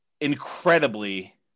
incredibly